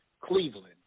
Cleveland